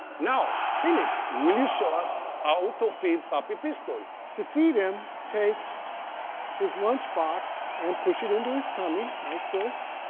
now, philip, will you show us ah how to feed puppy pistol. to feed him, take his lunchbox and push it into his tummy like this,